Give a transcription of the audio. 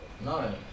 No